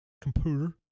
Computer